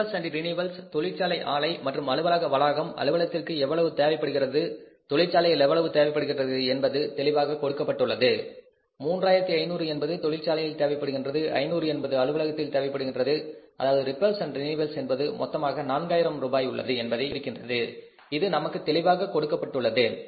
repairs and renewal தொழிற்சாலை ஆலை மற்றும் அலுவலக வளாகம் அலுவலகத்திற்கு எவ்வளவு தேவைப்படுகின்றது தொழிற்சாலையில் எவ்வளவு தேவைப்படுகின்றது என்பது தெளிவாக கொடுக்கப்பட்டுள்ளது 3500 என்பது தொழிற்சாலையில் தேவைப்படுகின்றது 500 என்பது அலுவலகத்தில் தேவைப்படுகின்றது அதாவது ரிபயர்ஸ் அண்ட் ரினிவல் என்பது மொத்தமாக நான்காயிரம் ரூபாய் உள்ளது என்பதை இது குறிக்கின்றது அது நமக்கு தெளிவாக கொடுக்கப்பட்டுள்ளது